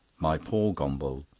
my poor gombauld!